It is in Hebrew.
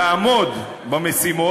לעמוד במשימות.